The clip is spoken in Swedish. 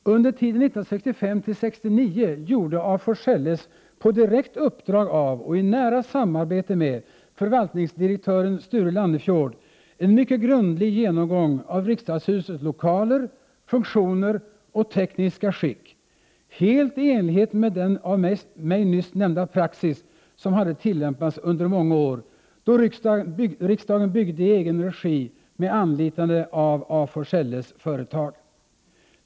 Under tiden 1965-1969 gjorde af Forselles på direkt uppdrag av och i nära samarbete med förvaltningsdirektören Sture Lannefjord en mycket grundlig genomgång av riksdagshusets lokaler, funktioner och tekniska skick — helt i enlighet med den av mig nyss nämnda praxis som hade tillämpats under de många år då riksdagen byggde i egen regi med anlitande av af Forselles företag.